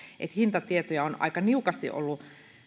että hintatietoja on aika niukasti ollut